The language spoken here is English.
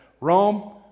Rome